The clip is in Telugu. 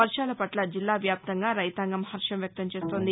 వర్వాల పట్ల జిల్లా వ్యాప్తంగా రైతాంగం హర్వం వ్యక్తం చేస్తుంది